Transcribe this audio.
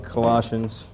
Colossians